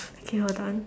okay hold on